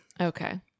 Okay